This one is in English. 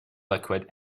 liquid